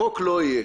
חוק לא יהיה.